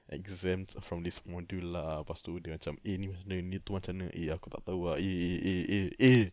exempt from this module lah lepas tu dia macam eh ini macam mana ini itu macam mana eh aku tak tahu ah eh eh eh eh eh